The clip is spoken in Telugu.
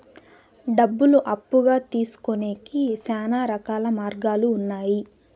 డబ్బులు అప్పుగా తీసుకొనేకి శ్యానా రకాల మార్గాలు ఉన్నాయి